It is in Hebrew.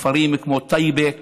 בכפרים כמו טייבה,